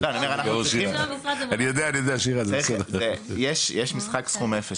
--- יש משחק "סכום אפס",